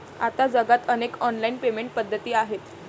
आता जगात अनेक ऑनलाइन पेमेंट पद्धती आहेत